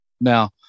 now